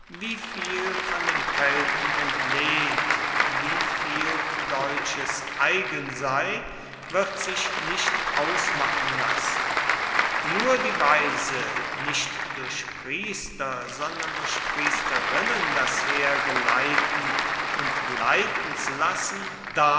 wieviel von den kelten entlehnt wie viel deutsches eigen sei wird sich nicht ausmachen lassen nur die weise nicht durch priester sondern durch priesterinnen das heer geleiten und leiten zu lassen